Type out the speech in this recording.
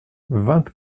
vingt